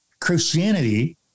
Christianity